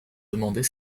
demander